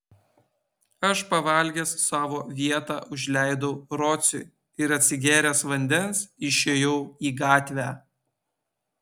aš pavalgęs savo vietą užleidau rociui ir atsigėręs vandens išėjau į gatvę